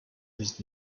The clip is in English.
his